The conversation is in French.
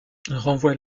renvoie